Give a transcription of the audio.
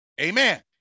Amen